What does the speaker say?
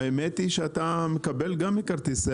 האמת היא שאתה מקבל גם מחברות כרטיסי